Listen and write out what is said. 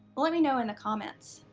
let me know in the comments.